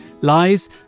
lies